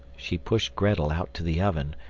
she pushed grettel out to the oven,